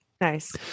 Nice